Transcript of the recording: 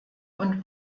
und